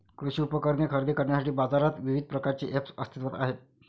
कृषी उपकरणे खरेदी करण्यासाठी बाजारात विविध प्रकारचे ऐप्स अस्तित्त्वात आहेत